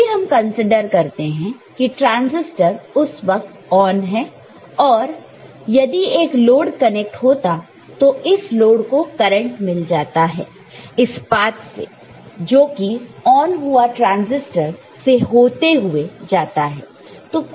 अभी हम कंसीडर करते हैं कि ट्रांसिस्टर उस वक्त ऑन है और यदि एक लोड कनेक्ट होता है तो इस लोड को करंट मिल जाता है इस पात से जोकि ऑन हुआ ट्रांसिस्टर से होते हुए जाता है